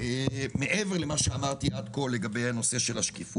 מעבר למה שאמרתי עד כה לגבי השקיפות,